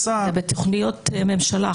זה בתוכניות ממשלה,